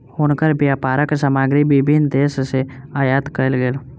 हुनकर व्यापारक सामग्री विभिन्न देस सॅ आयात कयल गेल